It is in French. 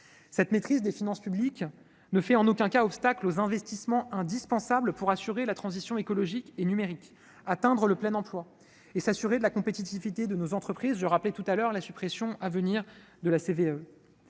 Cette maîtrise des finances publiques ne fait en aucun cas obstacle aux investissements indispensables pour assurer la transition écologique et numérique, atteindre le plein emploi et s'assurer de la compétitivité de nos entreprises- j'ai déjà évoqué la suppression à venir de la CVAE.